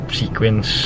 sequence